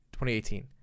2018